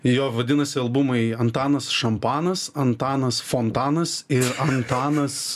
jo vadinasi albumai antanas šampanas antanas fontanas ir antanas